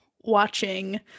watching